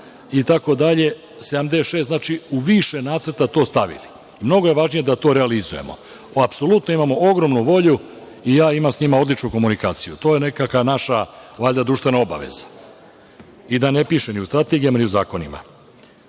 136, 77, 76. itd. u više nacrta to stavili. Mnogo je važnije da to realizujemo. Apsolutno imamo ogromnu volju i ja imam sa njima odličnu komunikaciju. To je nekakva naša valjda društvena obaveza. I, da ne piše ni u strategijama, ni u zakonima. Dualni